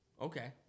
Okay